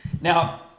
now